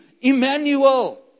Emmanuel